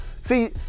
See